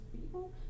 people